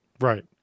Right